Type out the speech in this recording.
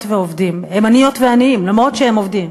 ועובדים הם עניות ועניים למרות שהם עובדים,